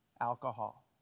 alcohol